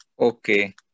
Okay